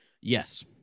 Yes